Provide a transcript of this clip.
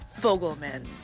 Fogelman